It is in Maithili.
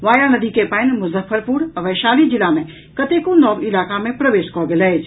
वाया नदी के पानि मुजफ्फरपुर आ वैशाली जिला मे कतेको नव इलाका मे प्रवेश कऽ गेल अछि